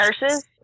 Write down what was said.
nurses